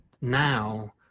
now